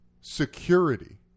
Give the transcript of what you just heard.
security